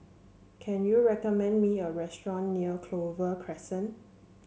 can you recommend me a restaurant near Clover Crescent